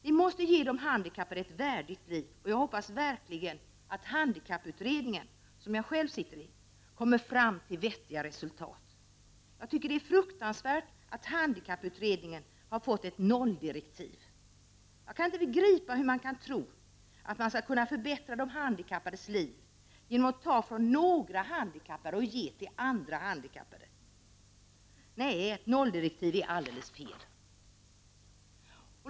Vi måste ge de handikappade ett värdigt liv, och jag hoppas verkligen att handikapputredningen, som jag själv sitter i, kommer fram till vettiga resultat. Jag tycker det är fruktansvärt att handikapputredningen har fått ett nolldirektiv. Jag kan inte begripa hur någon kan tro att man skall kunna förbättra de handikappades liv genom att ta från några handikappade och ge till andra handikappade. Nej, nolldirektiv är alldeles fel!